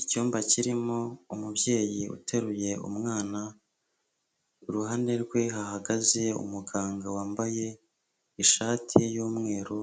Icyumba kirimo umubyeyi uteruye umwana iruhande rwe hahagaze umuganga wambaye ishati y'umweru